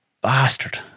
bastard